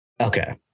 Okay